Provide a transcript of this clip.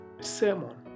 sermon